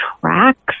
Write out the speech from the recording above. tracks